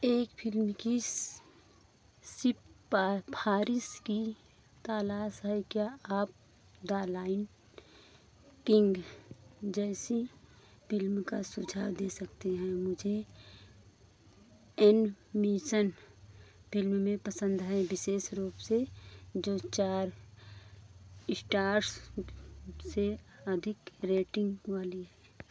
एक फिल्म किस सिफारिश की तलाश है क्या आप द लायन किंग जैसी फिल्म का सुझाव दे सकते हैं मुझे एनमीशन फिल्मे पसंद है विशेष रूप से जो चार स्टार्स से अधिक रेटिंग वाली है